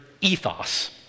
ethos